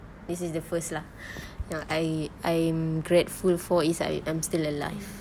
this is the first lah yang I I'm grateful for is I am still alive